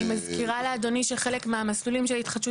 אני מזכירה לאדוני שחלק מהמסלולים של ההתחדשות